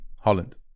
Holland